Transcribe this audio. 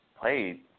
played